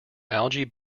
algae